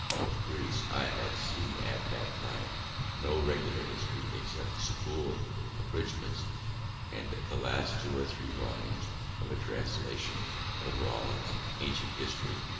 of greece i had seen at that time no regular history, except school abridgments and the last two or three volumes of a translation of rollin's ancient history,